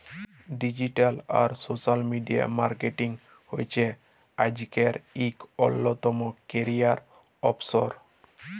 digital আর social media marketing হছে আইজকের ইক অল্যতম ক্যারিয়ার অপসল